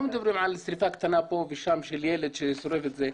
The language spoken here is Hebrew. מדברים על שריפה קטנה ופה ושם של ילד ששורף את זה,